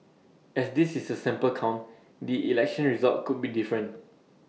as this is A sample count the election result could be different